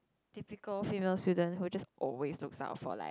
typical female student who just always look self for like